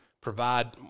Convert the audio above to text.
provide